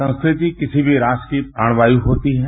संस्कृति किसी भी राष्ट्र की प्राणवायू होती है